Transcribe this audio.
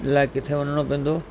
लाइ किथे वञिणो पवंदो